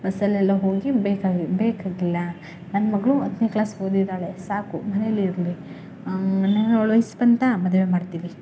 ಬಸ್ಸಲ್ಲೆಲ್ಲ ಹೋಗಿ ಬೇಕಾಗಿ ಬೇಕಾಗಿಲ್ಲ ನನ್ನ ಮಗಳು ಹತ್ನೇ ಕ್ಲಾಸ್ ಓದಿದ್ದಾಳೆ ಸಾಕು ಮನೆಯಲ್ಲೆ ಇರಲಿ ನಾನು ಅವ್ಳ ವಯ್ಸು ಬಂತಾ ಮದುವೆ ಮಾಡ್ತೀವಿ